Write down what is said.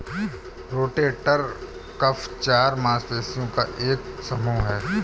rotator cuff चार मांसपेशियों का एक समूह है